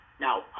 Now